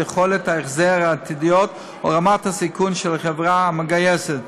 יכולת ההחזר העתידית או רמת הסיכון של החברה המגייסת.